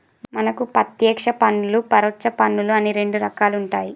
మనకు పత్యేక్ష పన్నులు పరొచ్చ పన్నులు అని రెండు రకాలుంటాయి